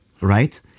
right